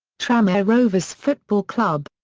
tranmere rovers football club.